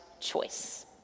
choice